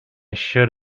should